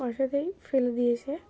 ওর সাথেই ফেলে দিয়েছে